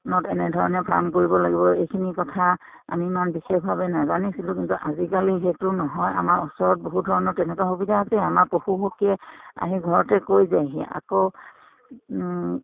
নত এনেধৰণে ফাৰ্ম কৰিব লাগিব এইখিনি কথা আমি ইমান বিশেষভাৱে নাজানিছিলোঁ কিন্তু আজিকালি সেইটো নহয় আমাৰ ওচৰত বহু ধৰণৰ তেনেকুৱা সুবিধা আছেই আমাৰ পশুসখীয়ে আহি ঘৰতে কৈ যায়হি আকৌ